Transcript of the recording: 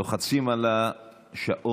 לוחצים על השעון,